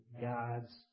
God's